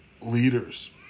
leaders